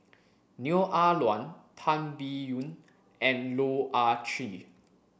Neo Ah Luan Tan Biyun and Loh Ah Chee